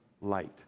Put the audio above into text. light